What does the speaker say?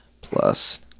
plus